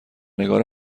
نگار